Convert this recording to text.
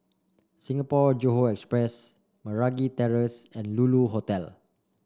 Singapore Johore Express Meragi Terrace and Lulu Hotel